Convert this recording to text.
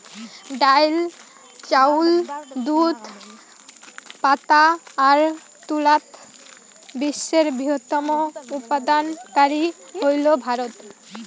ডাইল, চাউল, দুধ, পাটা আর তুলাত বিশ্বের বৃহত্তম উৎপাদনকারী হইল ভারত